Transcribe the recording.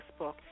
Facebook